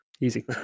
easy